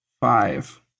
Five